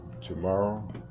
tomorrow